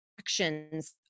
actions